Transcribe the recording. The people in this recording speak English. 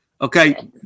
Okay